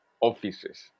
offices